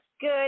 good